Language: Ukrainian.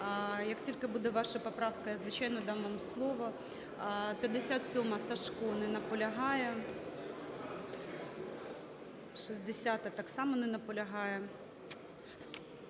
Як тільки буде ваша поправка, я, звичайно, дам вам слово. 57-а. Сажко. Не наполягає. 60-а. Так само не наполягає.